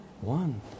one